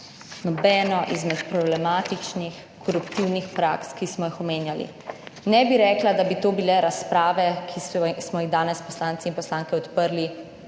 nobeno izmed problematičnih koruptivnih praks, ki smo jih omenjali. Ne bi rekla, da bi to bile razprave, ki smo jih danes poslanci in poslanke odprli